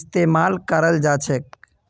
इस्तेमाल कराल जाछेक